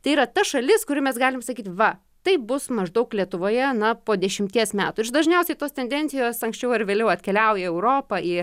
tai yra ta šalis kuri mes galim sakyt va tai bus maždaug lietuvoje na po dešimties metų ir dažniausiai tos tendencijos anksčiau ar vėliau atkeliauja į europą